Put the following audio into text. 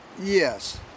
yes